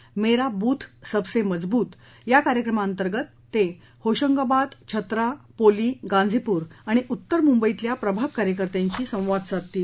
मेरा बूथ सबसे मजबूत या कार्यक्रमाअंतर्गत हे होशगांबाद छत्रा पोली गांझीपूर आणि उत्तर मुंबईतल्या प्रभाग कार्यकर्त्यांशी बोलतील